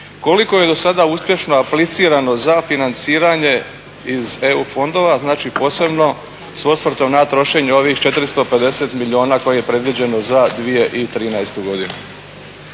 koliko je dosada uspješno aplicirano za financiranje iz EU fondova, znači posebno s osvrtom na trošenje ovih 450 milijuna koje je predviđeno za 2013. godinu?